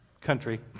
country